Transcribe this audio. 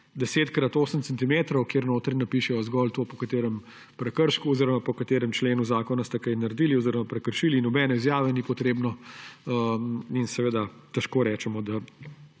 10 krat 8 centimetrov, kamor napišejo zgolj to, po katerem prekršku oziroma po katerem členu zakona ste kaj naredili oziroma prekršili, nobene izjave ni potrebne. Težko rečemo, da